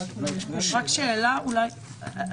הייתה לנו שאלה לגבי חובת הבדיקות.